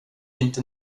inte